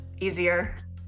easier